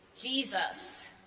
Jesus